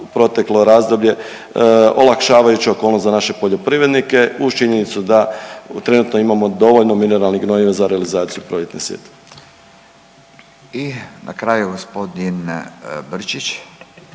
proteklo razdoblje olakšavajuća okolnost za naše poljoprivrednike uz činjenicu da trenutno imamo dovoljno mineralnih gnojiva za realizaciju proljetne sjetve. **Radin, Furio